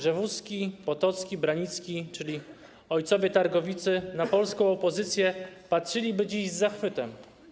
Rzewuski, Potocki, Branicki, czyli ojcowie targowicy, na polską opozycję patrzyliby dziś z zachwytem.